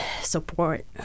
support